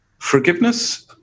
Forgiveness